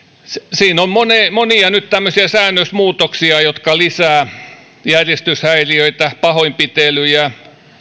siinä on nyt monia tämmöisiä säännösmuutoksia jotka lisäävät järjestyshäiriöitä pahoinpitelyjä